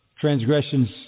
transgressions